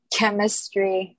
Chemistry